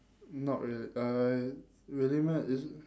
not really uh really meh isn~